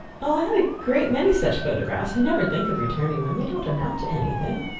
oh! i have a great many such photographs. i never think of returning them. they don't amount to anything.